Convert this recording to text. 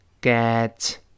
get